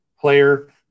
player